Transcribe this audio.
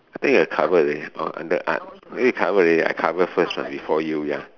I think I cover already orh under art cover already I cover first right before you ya